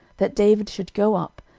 that david should go up,